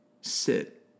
sit